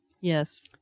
Yes